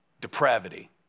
depravity